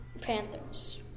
Panthers